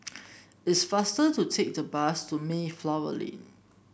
it's faster to take the bus to Mayflower Lane